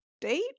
date